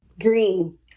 green